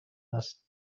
است